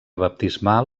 baptismal